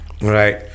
right